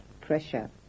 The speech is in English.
pressure